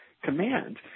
command